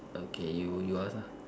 okay you you ask lah